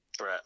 right